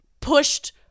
pushed